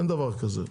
אין דבר כזה.